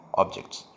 objects